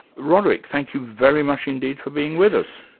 roderick, thank you very much indeed for being with us.